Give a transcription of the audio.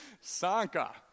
Sanka